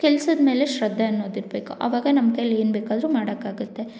ಕೆಲ್ಸದ ಮೇಲೆ ಶ್ರದ್ಧೆ ಅನ್ನೋದಿರಬೇಕು ಅವಾಗ ನಮ್ಮ ಕೈಯಲ್ ಏನು ಬೇಕಾದರೂ ಮಾಡೋಕಾಗತ್ತೆ